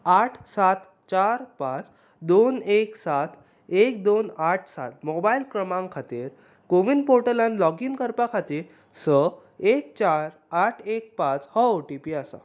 आठ सात चार पांच दोन एक सात एक दोन आठ सात मोबायल क्रमांक खातीर कोविन पोर्टलांत लॉगिन करपा खातीर स एक चार आठ एक पांच हो ओ टी पी आसा